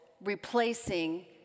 replacing